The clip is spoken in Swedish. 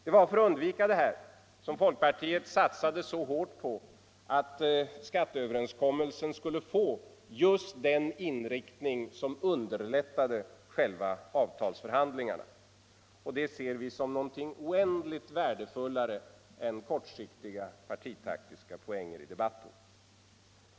Det var för att undvika detta som folkpartiet satsade så hårt på att skatteöverenskommelsen skulle få just den inriktning som underlättade själva avtalsförhandlingarna, och det ser vi som något oändligt mycket mera värdefullt än kortsiktiga partitaktiska poänger i debatten.